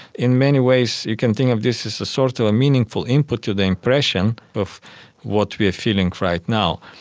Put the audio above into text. in many ways you can think of this as a sort of a meaningful input to the impression of what we are feeling right now.